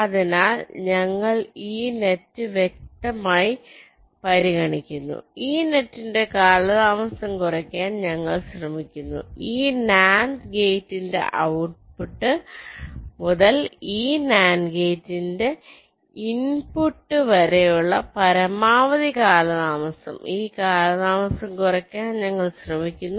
അതിനാൽ ഞങ്ങൾ ഈ നെറ്റ് വ്യക്തിഗതമായി പരിഗണിക്കുന്നു ഈ നെറ്റിന്റെ കാലതാമസം കുറയ്ക്കാൻ ഞങ്ങൾ ശ്രമിക്കുന്നു ഈ NAND ഗേറ്റിന്റെ ഔട്ട്പുട്ട് മുതൽ ഈ NAND ഗേറ്റുകളുടെ ഇൻപുട്ട് വരെയുള്ള പരമാവധി കാലതാമസം ഈ കാലതാമസം കുറയ്ക്കാൻ ഞങ്ങൾ ശ്രമിക്കുന്നു